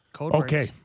Okay